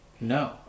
no